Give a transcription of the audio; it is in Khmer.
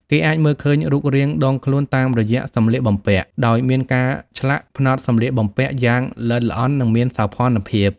គេអាចមើលឃើញរូបរាងដងខ្លួនតាមរយៈសម្លៀកបំពាក់ ដោយមានការឆ្លាក់ ផ្នត់សម្លៀកបំពាក់ យ៉ាងល្អិតល្អន់ និងមានសោភ័ណភាព។